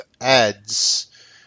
ads